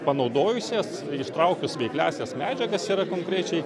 panaudojus jas ištraukus veikliąsias medžiagas yra konkrečiai